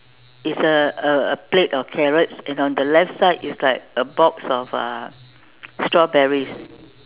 it's a a plate of carrots and on the left side is like a box of uh strawberries